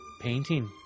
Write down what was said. painting